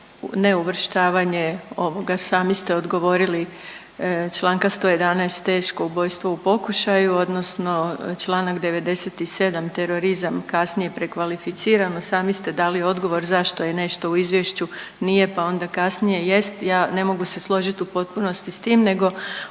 neuvrštavanje ovoga sami ste odgovorili čl. 111. teško ubojstvo u pokušaju odnosno čl. 97. terorizam kasnije prekvalificirano sami ste dali odgovor zašto je nešto u izvješću nije pa onda kasnije jest. Ja ne mogu se složiti u potpunosti s tim nego